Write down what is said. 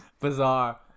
Bizarre